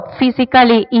physically